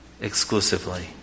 exclusively